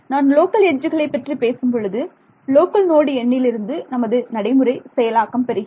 நான் லோக்கல் எட்ஜுகளைப் பற்றி பேசும் பொழுது லோக்கல் நோடு எண்ணிலிருந்து நமது நடைமுறை செயலாக்கம் பெறுகிறது